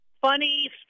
funny